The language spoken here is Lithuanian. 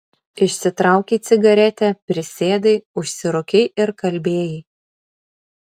išsitraukei cigaretę prisėdai užsirūkei ir kalbėjai